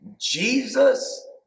Jesus